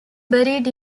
buried